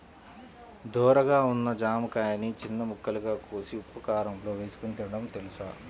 ధోరగా ఉన్న జామకాయని చిన్న ముక్కలుగా కోసి ఉప్పుకారంలో ఏసుకొని తినడం తెలుసా?